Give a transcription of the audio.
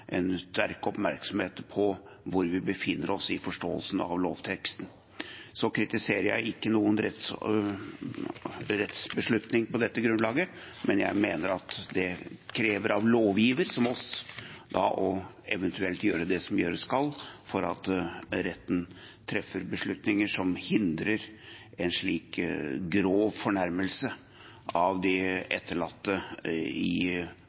en sterk oppmerksomhet på hvor vi befinner oss i forståelsen av lovteksten. Jeg kritiserer ikke noen rettsbeslutning på dette grunnlaget, men jeg mener at det krever av lovgiver – oss – eventuelt å gjøre det som gjøres skal for at retten treffer beslutninger som hindrer en slik grov fornærmelse av de